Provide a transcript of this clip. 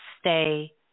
stay